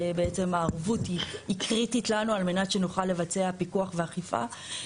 שבעצם הערבות היא קריטית לנו על מנת שנוכל לבצע פיקוח ואכיפה.